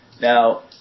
now